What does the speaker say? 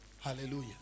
Hallelujah